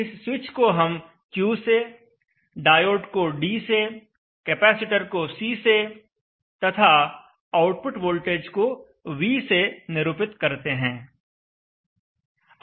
इस स्विच को हम Q से डायोड को D से कैपेसिटर को C से तथा आउटपुट वोल्टेज को V से निरूपित करते हैं